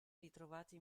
ritrovati